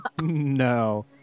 No